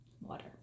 water